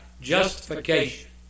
justification